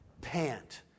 pant